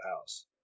house